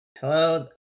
hello